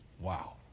Wow